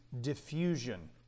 diffusion